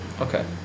Okay